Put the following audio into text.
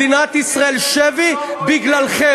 את מדינת ישראל בשבי בגללכם.